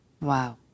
Wow